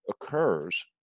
occurs